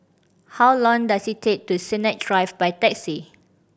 how long does it take to Sennett Drive by taxi